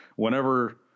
Whenever